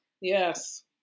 Yes